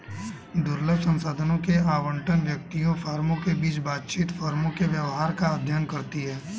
दुर्लभ संसाधनों के आवंटन, व्यक्तियों, फर्मों के बीच बातचीत, फर्मों के व्यवहार का अध्ययन करती है